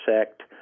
sect